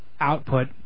output